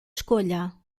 escolha